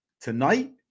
tonight